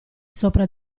sopra